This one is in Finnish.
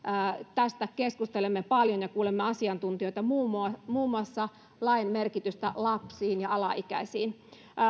tästä keskustelemme paljon ja kuulemme asiantuntijoita muun muassa lain merkityksestä lapsille ja alaikäisille